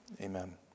Amen